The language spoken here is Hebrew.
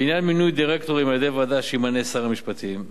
בעניין מינוי דירקטורים על-ידי ועדה שימנה שר המשפטים,